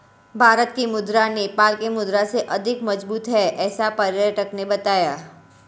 भारत की मुद्रा नेपाल के मुद्रा से अधिक मजबूत है ऐसा पर्यटक ने बताया